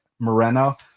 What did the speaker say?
moreno